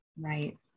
Right